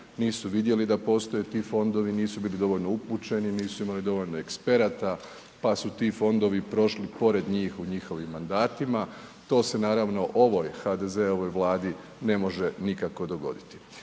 nisu vidjeli da postoje ti fondovi, nisu bili dovoljno upućeni, nisu imali dovoljno eksperata pa su ti fondovi prošli pored njih u njihovim mandatima. To se, naravno, ovoj HDZ-ovoj Vladi ne može nikako dogoditi.